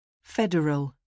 federal